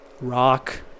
rock